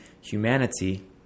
humanity